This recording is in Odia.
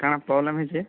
କାଣା ପ୍ରୋବ୍ଲେମ୍ ହେଇଛି